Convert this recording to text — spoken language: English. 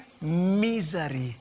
misery